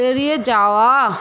এড়িয়ে যাওয়া